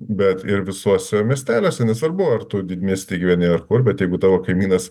bet ir visuose miesteliuose nesvarbu ar tu didmiesty gyveni ar kur bet jeigu tavo kaimynas